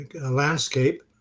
landscape